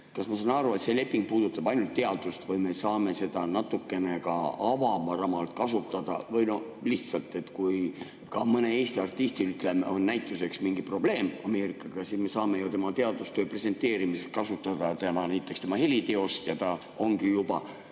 Kas ma saan [õigesti] aru, et see leping puudutab ainult teadust või me saame seda natukene ka avaramalt kasutada? Lihtsalt, kui mõnel Eesti artistil on näiteks mingi probleem Ameerikaga, siis me saame ju tema teadustöö presenteerimiseks kasutada tema heliteost ja ta ongi juba